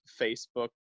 facebook